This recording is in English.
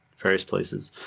various places,